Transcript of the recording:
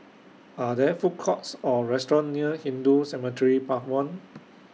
Are There Food Courts Or restaurants near Hindu Cemetery Path one